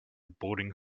boarding